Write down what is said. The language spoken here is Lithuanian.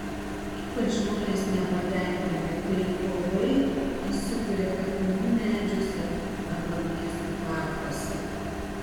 ypač žmonės nepatenkinti kai kovai įsikuria kapinių medžiuose arba miestų parkuose